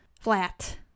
flat